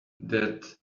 that